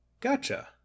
Gotcha